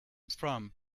from